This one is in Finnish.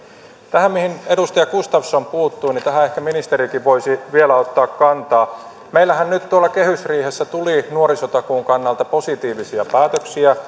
tähän mihin edustaja gustafsson puuttui ehkä ministerikin voisi vielä ottaa kantaa meillähän nyt tuolla kehysriihessä tuli nuorisotakuun kannalta positiivisia päätöksiä